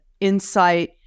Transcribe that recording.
insight